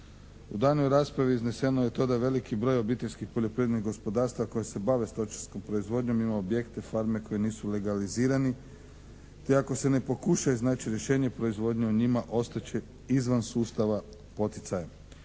U daljnjoj raspravi izneseno je to da je veliki broj obiteljskih poljoprivrednih gospodarstava koje se bave stočarskom proizvodnjom ima objekte, farme koji nisu legalizirani te ako se ne pokuša iznaći rješenje proizvodnje u njima, ostat će izvan sustava poticaja.